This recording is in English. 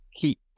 keep